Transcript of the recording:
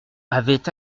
avait